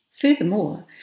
Furthermore